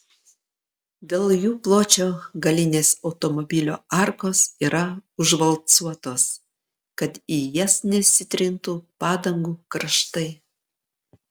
dėl jų pločio galinės automobilio arkos yra užvalcuotos kad į jas nesitrintų padangų kraštai